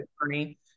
attorney